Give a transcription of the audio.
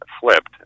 flipped